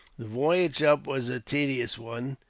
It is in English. the voyage up was a tedious one.